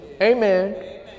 amen